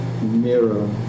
mirror